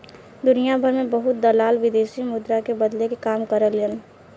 दुनियाभर में बहुत दलाल विदेशी मुद्रा के बदले के काम करेलन